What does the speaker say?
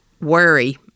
worry